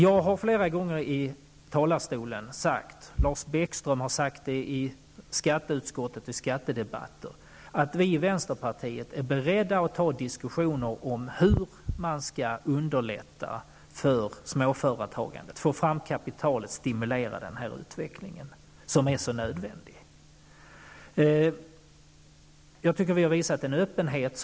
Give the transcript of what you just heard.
Jag har flera gånger här i talarstolen sagt, och det har också Lars Bäckström sagt i skatteutskottet och även i andra skattedebatter, att vi i vänsterpartiet är beredda att gå in i diskussioner om hur man kan underlätta för småföretagande och hur man kan få fram kapital för att stimulera denna utveckling som verkligen är nödvändig. Jag tycker att vi har visat öppenhet.